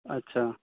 अच्छा